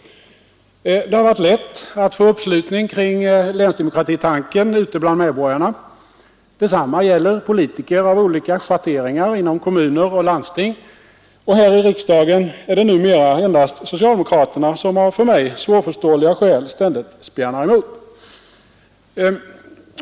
Det har varit lätt att få uppslutning kring länsdemokratitanken ute bland medborgarna, detsamma gäller politiker av olika schatteringar inom kommuner och landsting, och här i riksdagen är det numera endast socialdemokraterna som av för mig svårförståeliga skäl ständigt spjärnar emot.